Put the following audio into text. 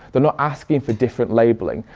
they're not asking for different labeling,